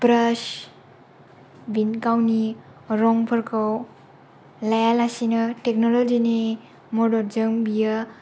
ब्रास गावनि रंफोरखौ लायालासेनो टेक्न'लजि नि मददजों बियो